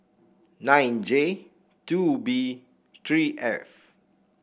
nine J two B three F